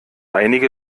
einige